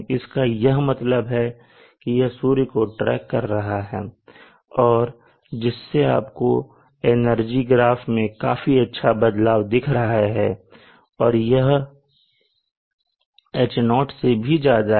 इसका यह मतलब है कि यह सूर्य को ट्रैक कर रहा है और जिससे आपको एनर्जी ग्राफ में काफी अच्छा बदलाव दिख रहा है और यह H0 से भी ज्यादा है